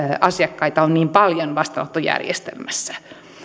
asiakkaita on niin paljon vastaanottojärjestelmässä